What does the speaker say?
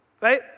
Right